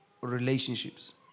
relationships